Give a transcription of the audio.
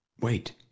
Wait